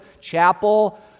chapel